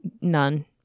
None